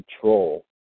control